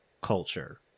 culture